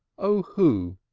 oh! who,